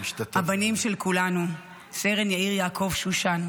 הבנים של כולנו: סרן יאיר יעקב שושן,